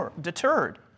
deterred